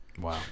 wow